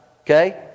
okay